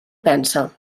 pensa